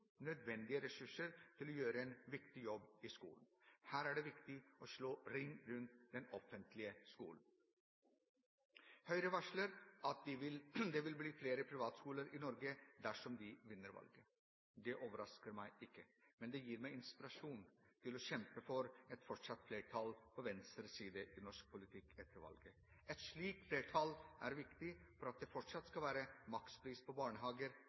nødvendige ressurser til å gjøre en viktig jobb i skolen. Her er det viktig å slå ring rundt den offentlige skolen. Høyre varsler at det vil bli flere privatskoler i Norge dersom de vinner valget. Det overrasker meg ikke. Men det gir meg inspirasjon til å kjempe for et fortsatt flertall på venstresiden i norsk politikk etter valget. Et slikt flertall er viktig for at det fortsatt skal være makspris på barnehager,